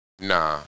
nah